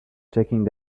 taking